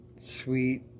sweet